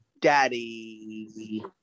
Daddy